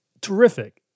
terrific